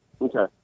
Okay